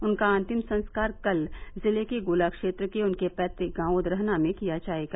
उनका अन्तिम संस्कार कल जिले के गोला क्षेत्र के उनके पैत्रक गांव उदरहना में किया जाएगा